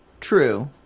true